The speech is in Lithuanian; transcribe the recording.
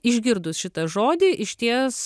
išgirdus šitą žodį išties